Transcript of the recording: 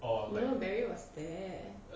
no barry was there